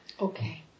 Okay